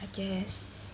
I guess